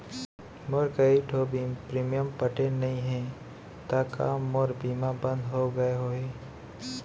मोर कई ठो प्रीमियम पटे नई हे ता का मोर बीमा बंद हो गए होही?